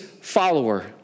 follower